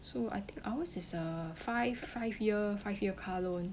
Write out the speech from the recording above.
so I think ours is uh five five year five year car loan